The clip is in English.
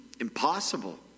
impossible